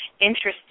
Interesting